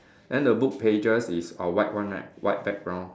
then the book pages is uh white one right white background